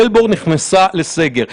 מלבורן נכנסה לסגר.